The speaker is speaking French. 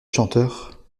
chanteur